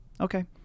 Okay